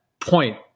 point